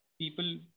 People